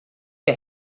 the